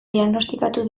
diagnostikatu